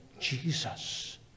Jesus